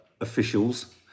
officials